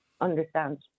understand